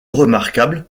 remarquable